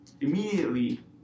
immediately